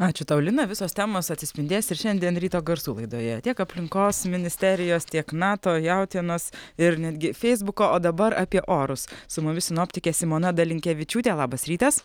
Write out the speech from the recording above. ačiū tau lina visos temos atsispindės ir šiandien ryto garsų laidoje tiek aplinkos ministerijos tiek nato jautienos ir netgi feisbuko o dabar apie orus su mumis sinoptikė simona dalinkevičiūtė labas rytas